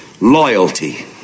loyalty